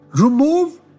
remove